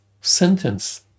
sentence